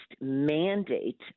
mandate